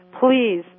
please